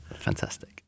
Fantastic